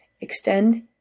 extend